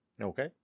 okay